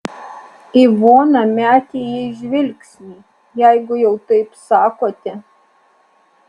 ivona metė jai žvilgsnį jeigu jau taip sakote